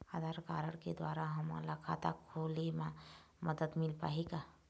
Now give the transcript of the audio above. आधार card के द्वारा हमन ला खाता खोले म मदद मिल पाही का?